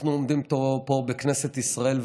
אנחנו עומדים פה בכנסת ישראל,